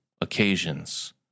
occasions